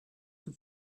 for